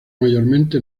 mayormente